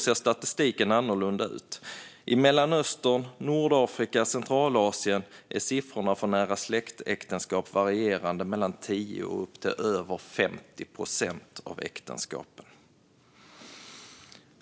ser statistiken annorlunda ut. I Mellanöstern, Nordafrika och Centralasien varierar siffrorna för andelen äktenskap mellan människor som är nära släkt från 10 till upp till över 50 procent av äktenskapen.